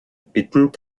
бидэнд